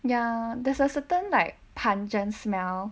ya there's a certain like pungent smell